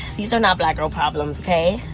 these are not black girl problems, okay?